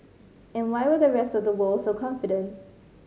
and why were the rest of the world so confident